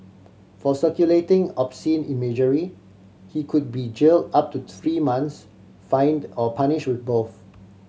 for circulating obscene imagery he could be jail up to three months fined or punish with both